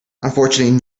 unfortunately